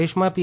દેશમાં પી